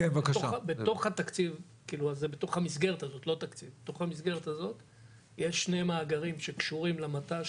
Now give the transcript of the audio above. בתוך המסגרת הזו ישנם שני מאגרים שקשורים למט"ש,